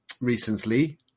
recently